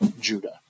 Judah